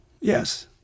yes